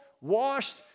washed